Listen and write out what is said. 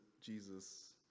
Jesus